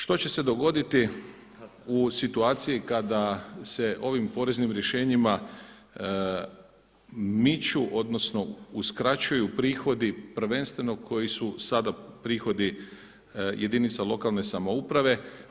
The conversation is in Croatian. Što će se dogoditi u situaciji kada se ovim poreznim rješenjima miču odnosno uskraćuju prihodi prvenstveno koji su sada prihodi jedinica lokalne samouprave?